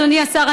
אדוני השר,